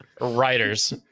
Writers